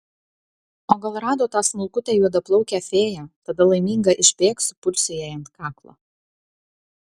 o gal rado tą smulkutę juodaplaukę fėją tada laiminga išbėgsiu pulsiu jai ant kaklo